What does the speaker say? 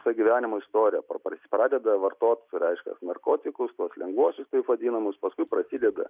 viso gyvenimo istorija pra pradeda vartot reiškias narkotikus tuos lengvuosius taip vadinamus paskui prasideda